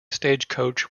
stagecoach